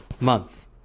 month